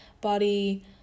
body